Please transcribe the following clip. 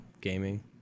Gaming